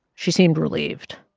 she seemed relieved.